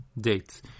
dates